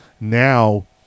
now